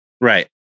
Right